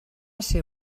ser